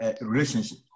relationship